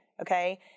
okay